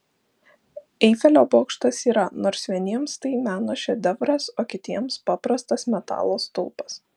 eifelio bokštas yra nors vieniems tai meno šedevras o kitiems paprastas metalo stulpas